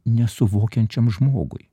nesuvokiančiam žmogui